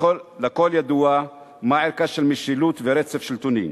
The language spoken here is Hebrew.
לכול ידוע מה ערכם של משילות ורצף שלטוני.